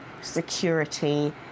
security